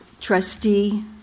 trustee